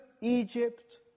Egypt